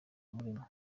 umurimo